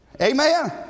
Amen